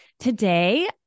Today